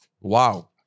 Wow